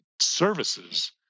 services